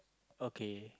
okay